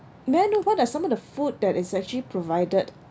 may I know what are some of the food that is actually provided